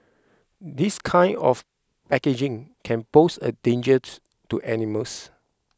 this kind of packaging can pose a dangers to animals